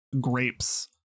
grapes